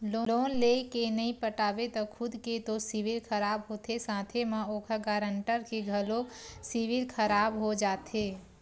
loan लेय के नइ पटाबे त खुद के तो सिविल खराब होथे साथे म ओखर गारंटर के घलोक सिविल खराब हो जाथे